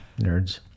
nerds